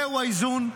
זהו האיזון.